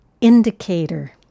indicator